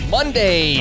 Monday